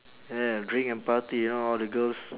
yeah drink and party you know all the girls